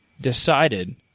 decided